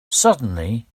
suddenly